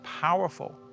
powerful